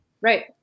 Right